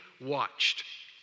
watched